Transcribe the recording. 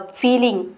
feeling